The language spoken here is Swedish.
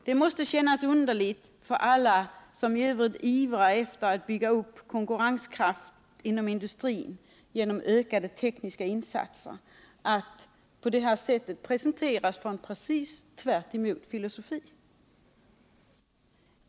Det måste kännas underligt för alla som ivrar för att bygga upp konkurrenskraften inom industrin genom ökade tekniska insatser att på det här sättet presenteras en filosofi som går stick i stäv med de strävandena.